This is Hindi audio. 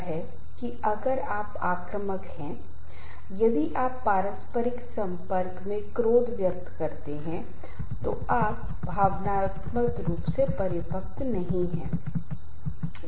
इसका मतलब है कि दूसरे शब्दों में तनाव का कारण बनने वाली उत्तेजनाएं स्ट्रेसोर्स है जैसे तनावपूर्ण जीवन की घटनाओं जैसे तनाव हैं जैसे करीबी रिश्तेदारों या परिवार के सदस्यों की मृत्यु अप्रत्याशित बीमारी परिवार के सदस्यों की बीमारी दोस्त के साथ संबंध विच्छेदब्रेकअप Break Up परीक्षा के लिए उपस्थित होना खाने की आदतों में बदलाव